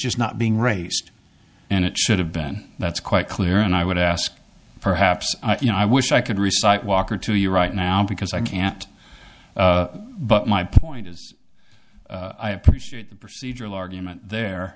just not being racist and it should have been that's quite clear and i would ask perhaps you know i wish i could recite walker to you right now because i can't but my point is i appreciate the procedural argument there